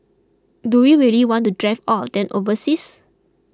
do we really want to drive all of them overseas